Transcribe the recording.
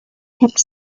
kept